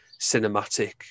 cinematic